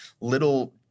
little